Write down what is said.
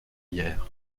hier